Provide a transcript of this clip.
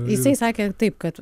jisai sakė taip kad